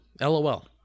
LOL